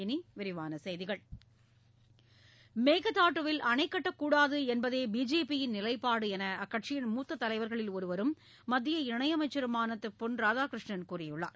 இனி விரிவான செய்திகள் மேகதாதுவில் அணைக்கட்டக் கூடாது என்பதே பிஜேபியின் நிலைப்பாடு என்று அக்கட்சியின் மூத்த தலைவர்களில் ஒருவரும் மத்திய இணையமைச்சருமான திரு பொன் ராதாகிருஷ்ணன் கூறியுள்ளார்